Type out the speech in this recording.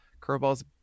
curveballs